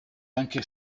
anche